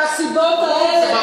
כמה שאתה רוצה, עכשיו,